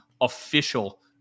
official